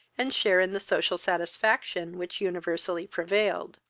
and share in the social satisfaction which universally prevailed.